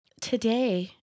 today